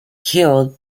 killed